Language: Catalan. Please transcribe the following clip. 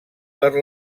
per